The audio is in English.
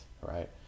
right